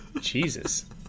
Jesus